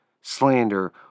slander